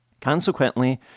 Consequently